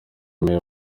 meya